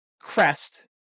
crest